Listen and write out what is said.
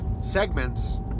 segments